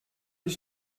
ich